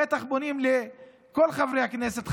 בטח פונים לכל חברי הכנסת,